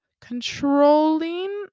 controlling